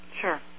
Sure